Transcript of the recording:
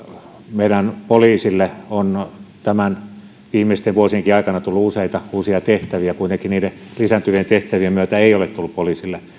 meidän poliisille on näiden viimeistenkin vuosien aikana tullut useita uusia tehtäviä kuitenkaan niiden lisääntyvien tehtävien myötä ei ole tullut poliisille